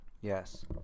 yes